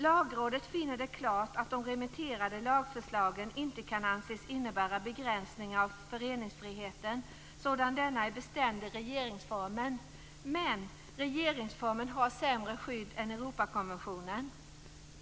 Lagrådet finner det klart att de remitterade lagförslagen inte kan anses innebära begränsningar av föreningsfriheten sådan denna är bestämd i regeringsformen. Men regeringsformen har sämre skydd än Europakonventionen.